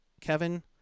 Kevin